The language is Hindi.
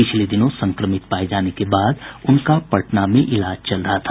पिछले दिनों संक्रमित पाये जाने के बाद उनका पटना में इलाज चल रहा था